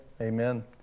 amen